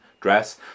dress